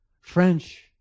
French